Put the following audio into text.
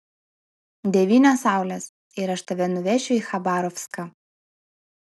devynios saulės ir aš tave nuvešiu į chabarovską